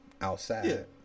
outside